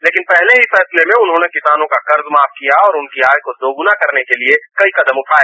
लेकिन पहले ही फैसले में उन्होंने किसानों का कर्ज माफ किया और उनकी आय को दोगुना करने के लिए कई कदम उठाए